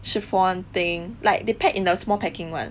chiffon thing like they pack in the small packing [one]